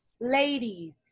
ladies